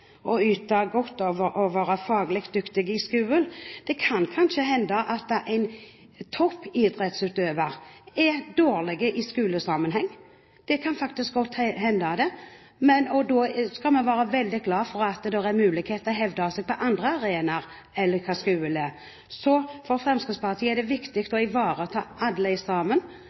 – yte godt og være faglig dyktig på skolen. Det kan kanskje hende at en toppidrettsutøver er dårlig i skolesammenheng, og da skal vi være veldig glad for at det er mulighet til å hevde seg på andre arenaer enn skolen. Så for Fremskrittspartiet er det viktig å ivareta